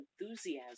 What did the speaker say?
enthusiasm